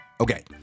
Okay